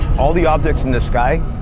all the objects in the sky,